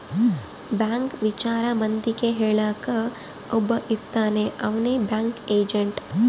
bank ವಿಚಾರ ಮಂದಿಗೆ ಹೇಳಕ್ ಒಬ್ಬ ಇರ್ತಾನ ಅವ್ನೆ ಬ್ಯಾಂಕ್ ಏಜೆಂಟ್